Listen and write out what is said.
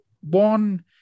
One